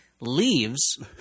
leaves